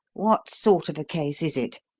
what sort of a case is it?